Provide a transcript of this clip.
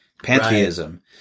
Pantheism